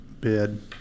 bid